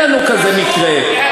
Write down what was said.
אין לנו כזה מקרה,